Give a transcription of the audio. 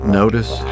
notice